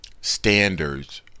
standards